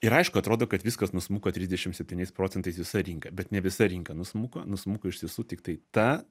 ir aišku atrodo kad viskas nusmuko trisdešim septyniais procentais visa rinka bet ne visa rinka nusmuko nusmuko iš tiesų tiktai ta